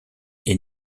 est